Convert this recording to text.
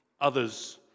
others